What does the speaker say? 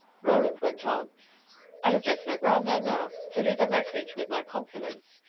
roland went on i have just slipped round there now, to leave a message, with my compliments.